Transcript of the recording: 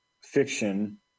fiction